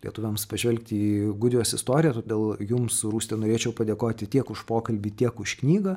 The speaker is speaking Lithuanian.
lietuviams pažvelgti į gudijos istoriją todėl jums rūsti norėčiau padėkoti tiek už pokalbį tiek už knygą